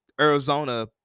Arizona